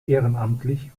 ehrenamtlich